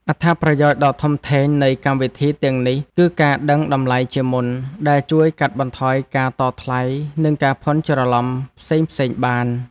អត្ថប្រយោជន៍ដ៏ធំធេងនៃកម្មវិធីទាំងនេះគឺការដឹងតម្លៃជាមុនដែលជួយកាត់បន្ថយការតថ្លៃនិងការភាន់ច្រឡំផ្សេងៗបាន។